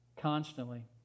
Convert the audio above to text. constantly